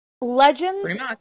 legends